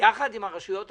ביחד עם הרשויות המקומיות.